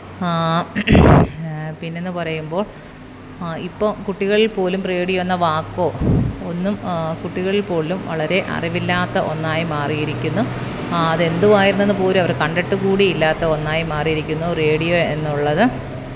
പിന്നെന്ന് പറയുമ്പോള് ഇപ്പോൾ കുട്ടികള് പോലും റേഡിയോയെന്ന വാക്കോ ഒന്നും കുട്ടികളില് പോലും വളരെ അറിവില്ലാത്ത ഒന്നായി മാറിയിരിക്കുന്നു അതെന്തുവായിരുന്നെന്ന് പോലും അവർ കണ്ടിട്ട് കൂടിയില്ലാത്ത ഒന്നായി മാറിയിരിക്കുന്നു റേഡിയോ എന്നുള്ളത്